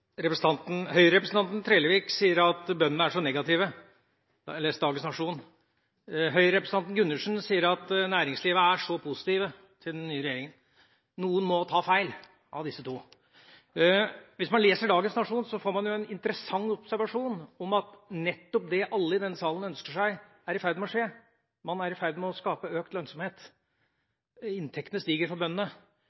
Trellevik sier at bøndene er så negative. Jeg har lest dagens Nationen. Høyre-representanten Gundersen sier at næringslivet er så positive til den nye regjeringa. Noen av disse to må ta feil. Hvis man leser dagens Nationen, gjør man en interessant observasjon. Nettopp det alle i denne salen ønsker seg, er i ferd med å skje: Man er i ferd med å skape økt lønnsomhet.